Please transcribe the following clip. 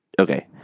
Okay